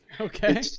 Okay